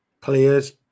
Players